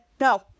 no